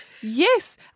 Yes